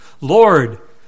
Lord